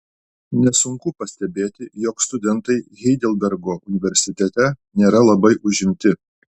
nesunku pastebėti jog studentai heidelbergo universitete nėra labai užimti